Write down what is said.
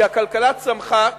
כי הכלכלה צמחה.